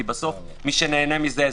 כי בסוף מי שנהנה מזה,